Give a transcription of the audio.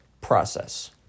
process